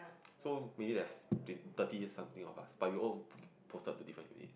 so maybe there's thirty something of us but we all posted to different unit